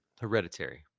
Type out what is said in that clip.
hereditary